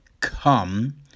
come